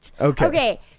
okay